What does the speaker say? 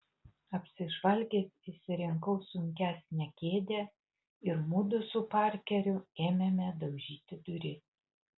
apsižvalgęs išsirinkau sunkesnę kėdę ir mudu su parkeriu ėmėme daužyti duris